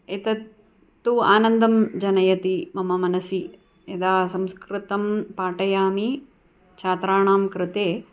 एतत् तु आनन्दं जनयति मम मनसि यदा संस्कृतं पाठयामि छात्राणां कृते